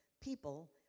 people